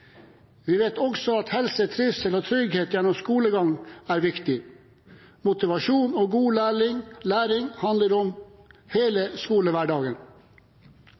Vi vet også at helse, trivsel og trygghet gjennom skolegangen er viktig. Motivasjon og god læring handler om hele skolehverdagen.